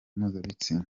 mpuzabitsina